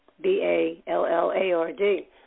B-A-L-L-A-R-D